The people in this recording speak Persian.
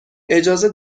اجازه